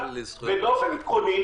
באופן עקרוני,